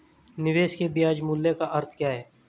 निवेश के ब्याज मूल्य का अर्थ क्या है?